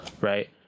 right